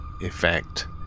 effect